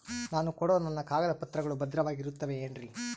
ನಾನು ಕೊಡೋ ನನ್ನ ಕಾಗದ ಪತ್ರಗಳು ಭದ್ರವಾಗಿರುತ್ತವೆ ಏನ್ರಿ?